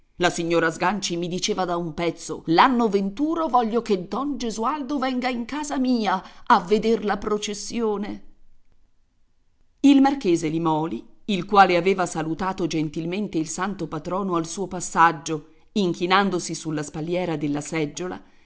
la signora sganci mi diceva da un pezzo l'anno venturo voglio che don gesualdo venga in casa mia a vedere la processione il marchese limòli il quale aveva salutato gentilmente il santo patrono al suo passaggio inchinandosi sulla spalliera della seggiola